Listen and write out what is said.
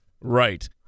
Right